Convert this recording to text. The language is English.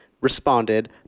responded